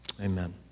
Amen